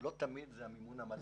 לא תמיד זה המימון המלא.